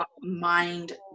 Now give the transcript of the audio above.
mind